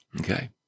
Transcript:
Okay